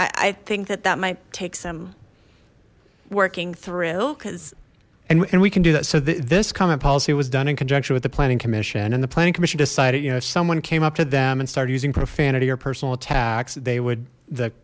i think that that might take some working through because and we can do that so this comment policy was done in conjunction with the planning commission and the planning commission decided you know if someone came up to them and started using profanity or personal attacks they would th